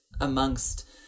amongst